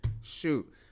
Shoot